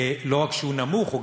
לא רק שהוא נמוך בה,